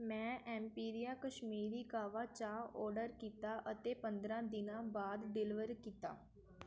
ਮੈਂ ਐਮਪੀਰੀਆ ਕਸ਼ਮੀਰੀ ਕਾਵਾ ਚਾਹ ਔਡਰ ਕੀਤਾ ਅਤੇ ਪੰਦਰਾਂ ਦਿਨਾਂ ਬਾਅਦ ਡਿਲਵਰ ਕੀਤਾ